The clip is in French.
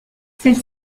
celle